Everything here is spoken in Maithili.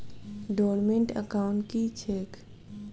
डोर्मेंट एकाउंट की छैक?